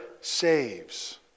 saves